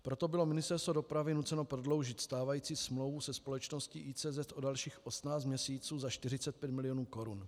Proto bylo Ministerstvo dopravy nuceno prodloužit stávající smlouvu se společností ICZ o dalších 18 měsíců za 45 milionů korun.